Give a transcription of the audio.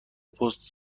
پست